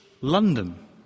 London